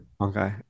okay